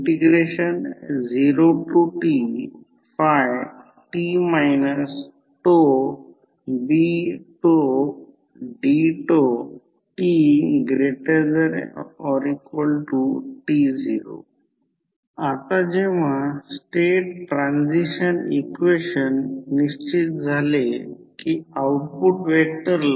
मग ω आणि हे cos ω t आहे असे सहसा लिहू शकतो की एक sin 90 o ω t दुसरे sin 90 o ω t याचा अर्थ sin ω t 90 o म्हणजेच V1 लिहू शकतो